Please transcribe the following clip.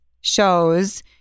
shows